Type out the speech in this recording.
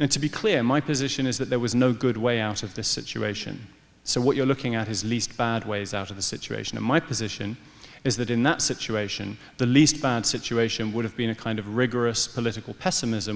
and to be clear my position is that there was no good way out of this situation so what you're looking at his least bad ways out of the situation in my position is that in that situation the least bad situation would have been a kind of rigorous political pessimis